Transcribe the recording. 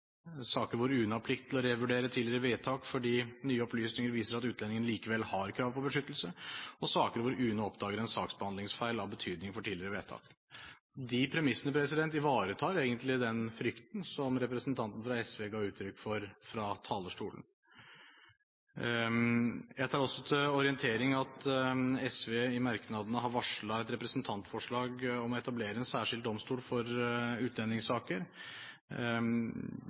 saker hvor UNE har plikt til å revurdere tidligere vedtak fordi nye opplysninger viser at utlendingen likevel har krav på beskyttelse, og saker hvor UNE oppdager en saksbehandlingsfeil av betydning for tidligere vedtak. De premissene ivaretar egentlig den frykten som representanten fra SV ga uttrykk for fra talerstolen. Jeg tar også til orientering at SV i merknadene har varslet et representantforslag om å etablere en særskilt domstol for utlendingssaker.